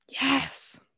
yes